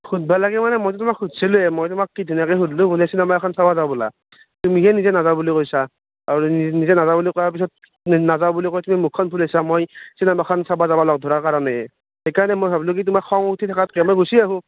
সুধব' লাগে মানে মইটো তোমাক সুধচিলোৱে মই তোমাক কি ধুনীয়াকে সুধলোঁ বোলে চিনেমা এখন চাবা যাওঁ ব'লা তুমিহে নিজে নাযাওঁ বুলি কৈছা আৰু নি নিজে নাযাওঁ বুলি কোৱাৰ নাজাওঁ বুলি কৈ তুমি মুখখন ফুলাইছা মই চিনেমাখন চাবা যাব লগ ধৰা কাৰণেহে সেইকাৰণে মই ভাবলোঁ কি তোমাৰ খং উঠি থকাতকৈ মই গুচি আহোঁ